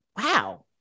Wow